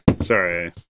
Sorry